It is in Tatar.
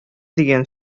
дигән